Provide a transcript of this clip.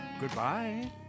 Goodbye